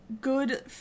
good